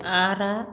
आरा